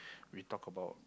we talk about